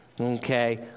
Okay